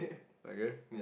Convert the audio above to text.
okay